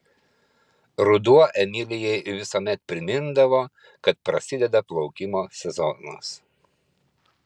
ruduo emilijai visuomet primindavo kad prasideda plaukimo sezonas